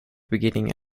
beginning